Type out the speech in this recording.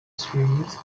screens